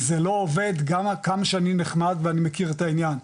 זה לא עובד גם כמה שאני נחמד ואני מכיר את העניין,